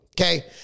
Okay